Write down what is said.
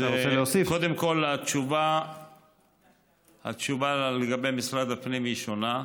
קודם כול, התשובה לגבי משרד הפנים היא שונה.